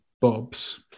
bobs